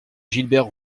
gilbert